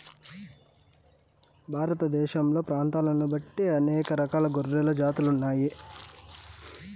భారతదేశంలో ప్రాంతాలను బట్టి అనేక రకాల గొర్రెల జాతులు ఉన్నాయి